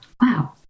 Wow